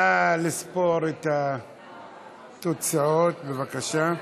נא לספור את התוצאות, בבקשה.